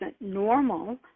normal